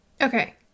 Okay